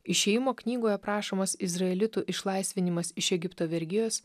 išėjimo knygoje aprašomas izraelitų išlaisvinimas iš egipto vergijos